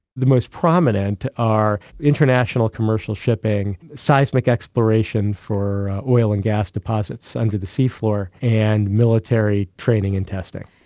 the most prominent are international commercial shipping, seismic exploration for oil and gas deposits under the sea floor, and military training and testing.